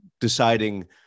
deciding